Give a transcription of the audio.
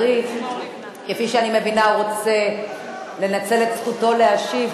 כפי שאני מבינה, הוא רוצה לנצל את זכותו להשיב.